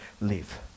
live